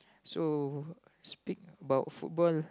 so speak about football